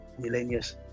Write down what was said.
millennials